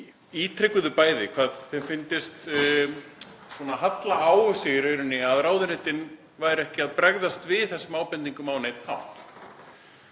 ítrekuðu bæði hvað þeim fyndist halla á sig í rauninni, að ráðuneytin væru ekki að bregðast við þessum ábendingum á neinn hátt.